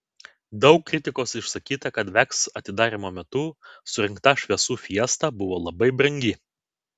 daug kritikos išsakyta kad veks atidarymo metu surengta šviesų fiesta buvo labai brangi